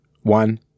one